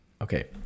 Okay